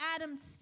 Adam's